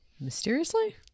mysteriously